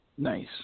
nice